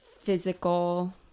physical